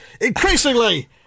increasingly